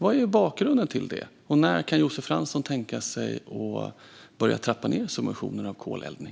Vad är bakgrunden till det? När kan Josef Fransson tänka sig att börja trappa ned subventionerna av koleldning?